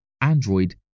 Android